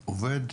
עובד?